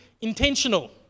intentional